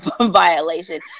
violation